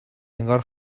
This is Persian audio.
انگار